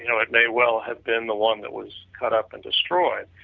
you know it may well have been the one that was cut up and destroyed.